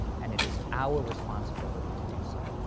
and it is our responsibility to do so.